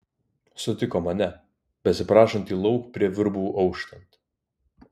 sutiko mane besiprašantį lauk prie virbų auštant